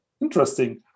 interesting